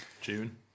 June